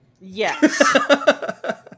yes